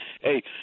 Hey